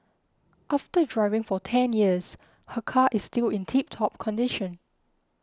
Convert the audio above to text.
after driving for ten years her car is still in tip top condition